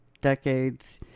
decades